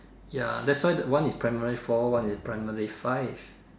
ya that's why one is primary four one is primary five